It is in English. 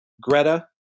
Greta